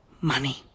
Money